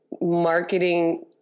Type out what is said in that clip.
marketing